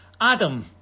Adam